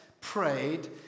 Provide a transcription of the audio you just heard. prayed